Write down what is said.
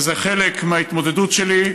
וזה חלק מההתמודדות שלי,